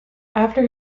after